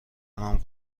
نام